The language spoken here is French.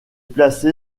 placé